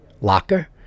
locker